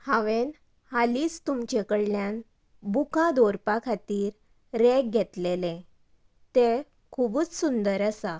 हांवें हालींच तुमचे कडल्यान बुकां दवरपा खातीर रेग घेतिल्लें तें खुबच सुंदर आसा